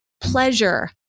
pleasure